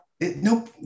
Nope